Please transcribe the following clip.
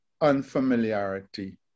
unfamiliarity